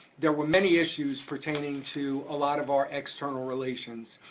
there were many issues pertaining to a lot of our external relations.